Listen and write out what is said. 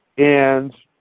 and